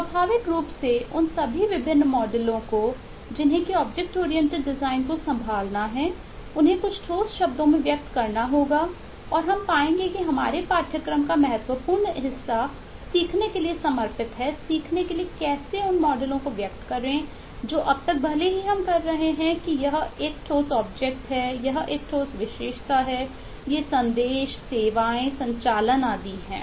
स्वाभाविक रूप से उन सभी विभिन्न मॉडलों को जिन्हें की ऑब्जेक्ट ओरिएंटेड डिज़ाइन है यह एक ठोस विशेषता है ये संदेश सेवाएं संचालन आदि हैं